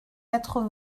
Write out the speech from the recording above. quatre